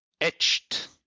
etched